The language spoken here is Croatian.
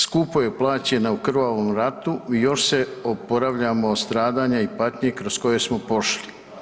Skupo je plaćena u krvavom ratu i još se oporavljamo od stradanja i patnji kroz koje smo prošli.